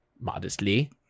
modestly